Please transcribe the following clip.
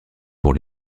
pour